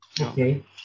Okay